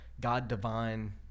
God-divine